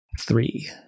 Three